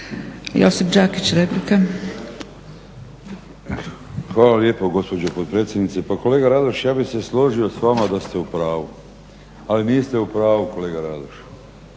Josip (HDZ)** Hvala lijepo gospođo potpredsjednice. Pa kolega Radoš ja bih se složi sa vama da ste u pravu, ali niste u pravu kolega Radoš